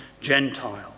Gentile